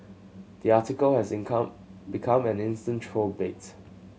the article has income become an instant troll bait